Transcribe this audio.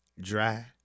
dry